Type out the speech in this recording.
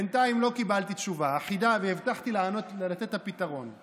ובינתיים לא קיבלתי תשובה, והבטחתי לתת את הפתרון.